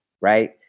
right